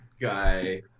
guy